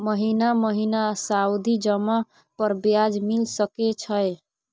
महीना महीना सावधि जमा पर ब्याज मिल सके छै?